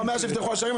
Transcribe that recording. אמר שמאז נפתחו השערים,